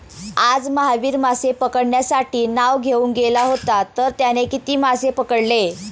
आज महावीर मासे पकडण्यासाठी नाव घेऊन गेला होता तर त्याने किती मासे पकडले?